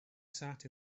sat